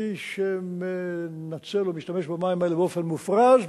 מי שמנצל או משתמש במים האלה באופן מופרז,